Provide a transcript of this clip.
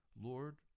Lord